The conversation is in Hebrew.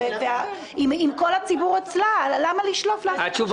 הבקשה של קופת חולים כללית הגיעה אלינו